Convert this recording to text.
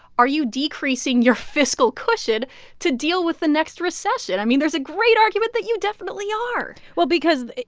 are you decreasing your fiscal cushion to deal with the next recession? i mean, there's a great argument that you definitely are well, because,